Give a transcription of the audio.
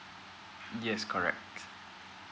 yes correct